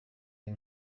uyu